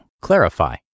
clarify